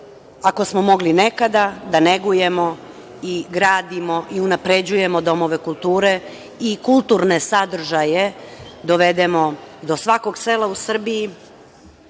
ako smo mogli nekada da negujemo i gradimo i unapređujemo domove kulture i kulturne sadržaje dovedemo do svakog sela u Srbiji,